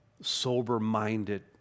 sober-minded